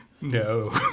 no